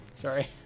Sorry